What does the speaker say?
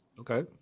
Okay